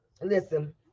Listen